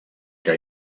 que